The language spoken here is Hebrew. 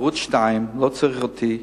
לא צריך אותי,